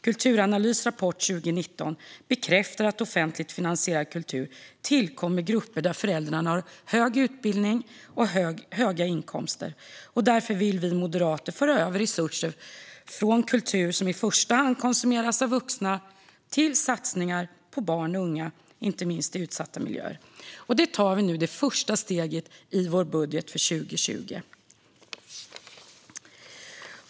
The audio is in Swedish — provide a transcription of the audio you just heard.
Kulturanalys rapport 2019 bekräftar att offentligt finansierad kultur tillkommer grupper där föräldrarna har hög utbildning och höga inkomster. Därför vill vi moderater föra över resurser från kultur som i första hand konsumeras av vuxna till satsningar på barn och unga, inte minst i utsatta miljöer. Vi tar det första steget i vår budget för 2020.